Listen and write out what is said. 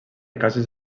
cases